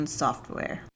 software